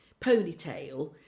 ponytail